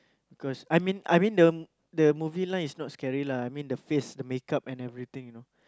because I mean I mean the the movie line is not scary lah I mean the face the make up and everything you know